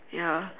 ya